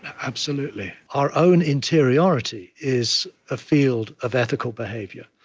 absolutely. our own interiority is a field of ethical behavior.